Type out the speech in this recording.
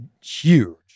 huge